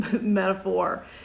metaphor